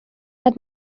had